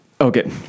okay